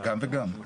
גם וגם.